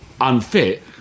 unfit